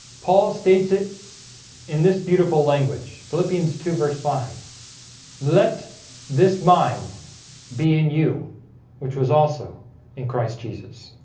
paul states it in this beautiful language philippians two verse five let this mind be in you which was also in christ jesus